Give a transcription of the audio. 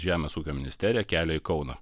žemės ūkio ministeriją kelia į kauną